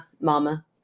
mama